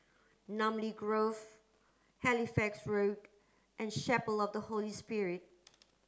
Namly Grove Halifax Road and Chapel of the Holy Spirit